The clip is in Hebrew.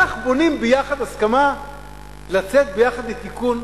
כך בונים ביחד הסכמה לצאת ביחד לתיקון?